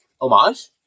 Homage